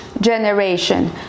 generation